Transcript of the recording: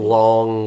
long